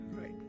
right